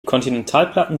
kontinentalplatten